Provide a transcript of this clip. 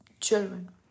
children